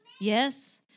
Yes